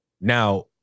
now